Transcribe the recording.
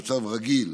על מצב חירום.